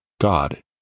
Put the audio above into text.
God